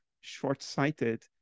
short-sighted